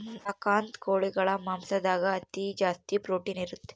ಕಡಖ್ನಾಥ್ ಕೋಳಿಗಳ ಮಾಂಸದಾಗ ಅತಿ ಜಾಸ್ತಿ ಪ್ರೊಟೀನ್ ಇರುತ್ತೆ